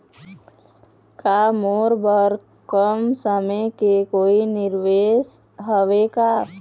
का मोर बर कम समय के कोई निवेश हावे का?